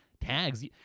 tags